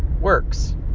works